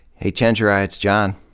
hey chenjerai, it's john.